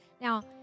Now